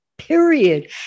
Period